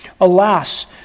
Alas